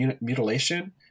mutilation